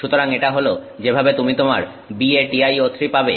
সুতরাং এটা হল যেভাবে তুমি তোমার BaTiO3 পাবে